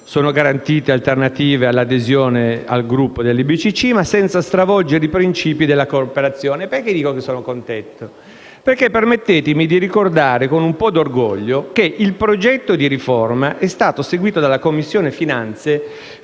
Sono garantite alternative all'adesione al gruppo delle BCC, ma senza stravolgere i principi della cooperazione. Perché dico che sono contento? Permettetemi di ricordare con un po' di orgoglio che il progetto di riforma è stato seguito dalla Commissione finanze sin